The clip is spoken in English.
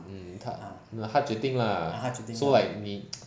mm 他他决定啦 so like 你